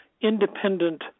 independent